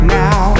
now